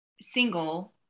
single